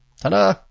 Ta-da